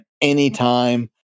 anytime